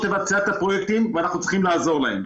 לבצע את הפרויקטים ואנחנו צריכים לעזור להן.